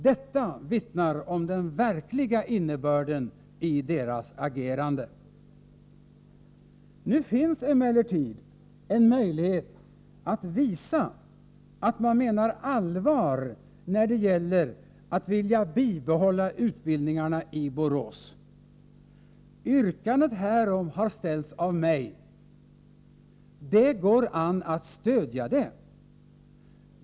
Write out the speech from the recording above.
Detta vittnar om den verkliga innebörden i deras agerande. Nu finns emellertid en möjlighet att visa att man menar allvar när det gäller att vilja bibehålla utbildningarna i Borås. Yrkandet härom har ställts av mig. Det går an att stödja det!